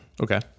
Okay